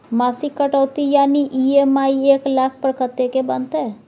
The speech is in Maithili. मासिक कटौती यानी ई.एम.आई एक लाख पर कत्ते के बनते?